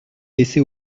laissé